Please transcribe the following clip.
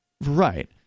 right